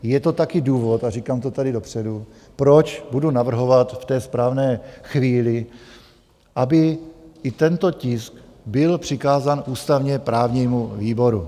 Je to také důvod a říkám to tady dopředu, proč budu navrhovat v té správné chvíli, aby i tento tisk byl přikázán ústavněprávnímu výboru.